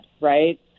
right